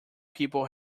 people